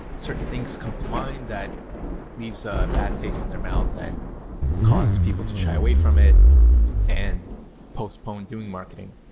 certain things come to mind that leaves a bad taste in their mouth and causes people to shy away from it and postpone doing marketing.